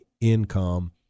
income